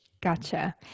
Gotcha